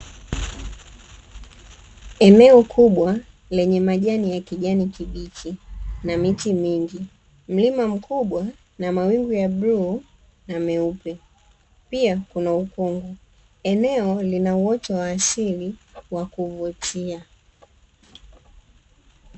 Eneo kubwa lenye majani ya kijani kibichi na miti mingi. Mlima mkubwa na mawingu ya bluu na meupe; pia kuna ukungu. Eneo lina uoto wa asili wa kuvutia.